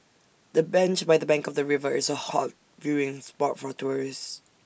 the bench by the bank of the river is A hot viewing spot for tourists